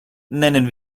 nennen